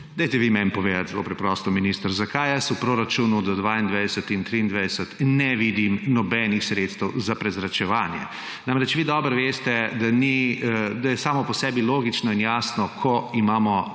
dajte vi meni povedati zelo preprosto, minister, zakaj jaz v proračunu za 2022 in 2023 ne vidim nobenih sredstev za prezračevanje. Namreč, vi dobro veste, da je samo po sebi logično in jasno, ko imamo novo